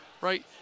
right